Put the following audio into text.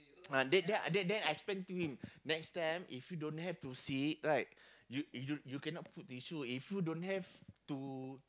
uh then then then then I explain to him next time if you don't have to sit right you you you cannot put tissue if you don't have to